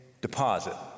deposit